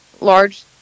large